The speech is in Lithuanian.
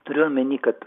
turiu omeny kad